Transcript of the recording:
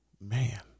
man